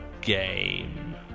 game